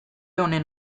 honen